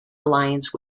alliance